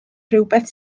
rhywbeth